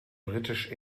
britisch